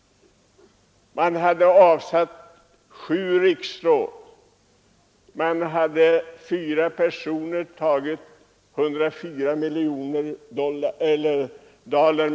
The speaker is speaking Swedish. Sju riksråd hade avsatts. Fyra personer hade tagit 104 miljoner daler.